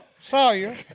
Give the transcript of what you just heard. Sawyer